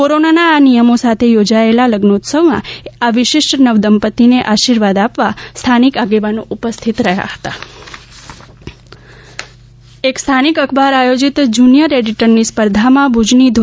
કોરોનાના નિયમો સાથે યોજાયેલ આ લઝ્નોત્સવમાં આ વિશિષ્ટ નવદંપતીને આશીર્વાદ આપવા સ્થાનિક આગેવાનો ઉપસ્થિત રહ્યા હતા જુનિયર એડિટર સીઝન એક સ્થાનિક અખબાર આયોજીત જુનિયર એડિટરની સ્પર્ધામાં ભુજની ધો